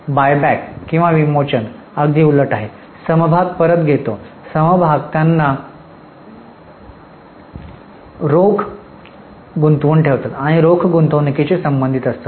buyback किंवा विमोचन अगदी उलट आहे समभाग परत घेतो समभाग त्यांना रोख गुंतवून ठेवतात आणि रोख गुंतवणूकीशी संबंधित असतात